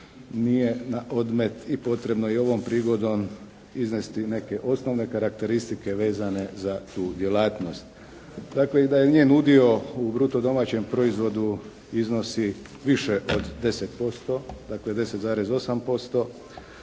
nije na odmet i potrebno je i ovom prigodom iznesti neke osnovne karakteristike vezane za tu djelatnost. Dakle, da njen udio u bruto domaćem proizvodu iznosi više od 10%, dakle 10,8%,